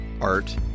art